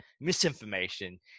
misinformation